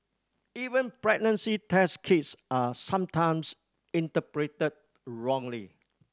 even pregnancy test kits are sometimes interpreted wrongly